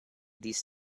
this